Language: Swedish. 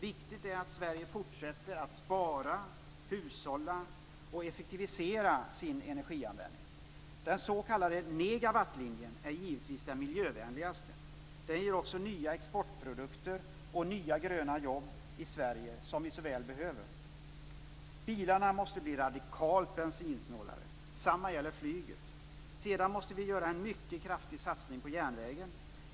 Viktigt är att Sverige fortsätter att spara, hushålla och effektivisera sin energianvändning. Den s.k. negawattlinjen är givetvis den miljövänligaste. Den ger också nya exportprodukter och nya gröna jobb i Sverige, som vi så väl behöver. Bilarna måste bli radikalt bensinsnålare. Samma gäller flyget. Sedan måste vi göra en mycket kraftig satsning på järnvägen.